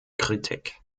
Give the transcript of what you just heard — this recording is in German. kritik